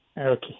Okay